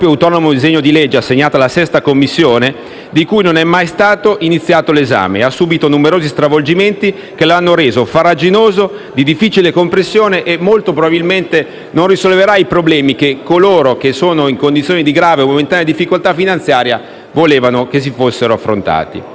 autonomo disegno di legge, assegnato alla 6a Commissione di cui non è mai iniziato l'esame. Esso ha subìto numerosi stravolgimenti che lo hanno reso farraginoso, di difficile comprensione e, molto probabilmente, non risolverà i problemi che coloro che sono in condizioni di grave o momentanea difficoltà finanziaria volevano fossero affrontati.